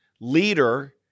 leader